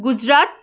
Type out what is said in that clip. Gujarat